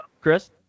Chris